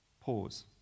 pause